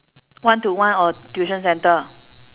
one to one or tuition centre